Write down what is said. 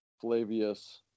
Flavius